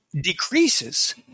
decreases